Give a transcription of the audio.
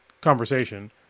conversation